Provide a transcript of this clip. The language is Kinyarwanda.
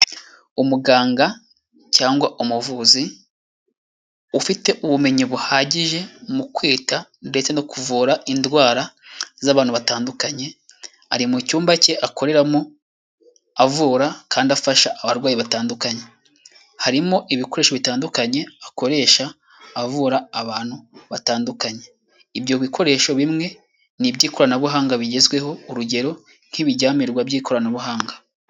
Umuganga cyangwa umuvuzi ufite ubumenyi buhagije mu kwita ndetse no kuvura indwara z'abantu batandukanye, ari mu cyumba cye akoreramo avura kandi afasha abarwayi batandukanye, harimo ibikoresho bitandukanye akoresha avura abantu batandukanye, ibyo bikoresho bimwe n'iby'ikoranabuhanga bigezweho urugero nk'ibiryamirwa by'ikoranabuhanga.